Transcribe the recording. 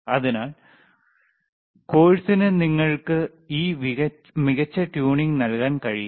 അതിനാൽ കോഴ്സിന് നിങ്ങൾക്ക് ഈ മികച്ച ട്യൂണിംഗ് നൽകാൻ കഴിയില്ല